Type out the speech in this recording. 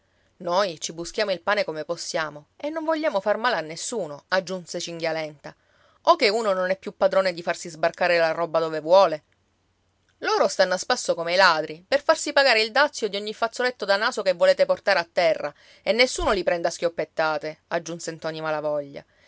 noi ci buschiamo il pane come possiamo e non vogliamo far male a nessuno aggiunse cinghialenta o che uno non è più padrone di farsi sbarcare la roba dove vuole loro stanno a spasso come i ladri per farsi pagare il dazio di ogni fazzoletto da naso che volete portare a terra e nessuno li prende a schioppettate aggiunse ntoni malavoglia